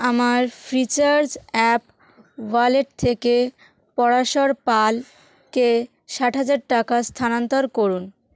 আমার Freecharge app wallet থেকে পরাশর পালকে ষাট হাজার টাকা স্থানান্তর করুন